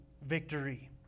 victory